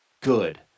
good